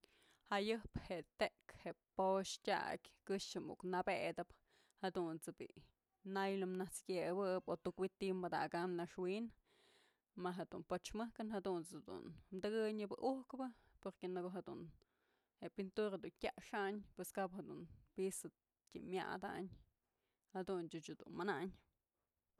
Jayëp je'e tëk je'e po'ox tyakyë këxë muk nabëtëp jadunt's je'e bi'i naylo nas yëbëp o tuk wi'it ti'i padakaym naxwi'in ma jedun poch mëjkën jadunt's jedun tëkënyëbë ujpë porque në ko'o jedun je'e pintura du tyaxäyn pues jedun piso dun tyëm myadañ jadunch ëch dun manayn.